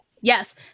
yes